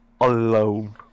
alone